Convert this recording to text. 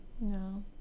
no